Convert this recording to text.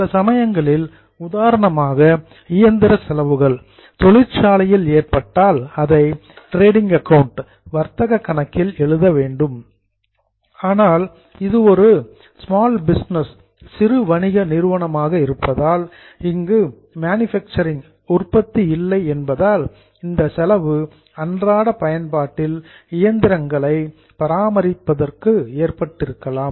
சில சமயங்களில் உதாரணமாக இயந்திர செலவுகள் ஃபேக்டரி தொழிற்சாலையில் ஏற்பட்டால் அதை டிரேடிங் அக்கவுண்ட் வர்த்தக கணக்கில் எழுத வேண்டும் ஆனால் இது ஒரு ஸ்மால் பிசினஸ் சிறு வணிக நிறுவனமாக இருப்பதால் இங்கு மேனுஃபாக்சரிங் உற்பத்தி இல்லை என்பதால் இந்த செலவு அன்றாட பயன்பாட்டில் இயந்திரங்களை மெயின்டனன்ஸ் பராமரிப்பதற்கு ஏற்பட்டிருக்கலாம்